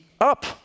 up